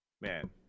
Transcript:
man